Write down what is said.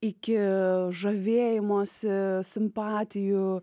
iki žavėjimosi simpatijų